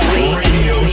Radio